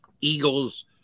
Eagles